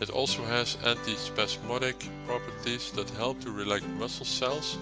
it also has antispasmodic properties that help to relax muscle cells